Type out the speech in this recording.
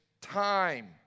time